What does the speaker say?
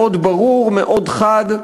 מאוד ברור, מאוד חד,